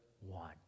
one